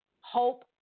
Hope